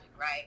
right